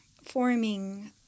forming